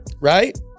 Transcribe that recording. Right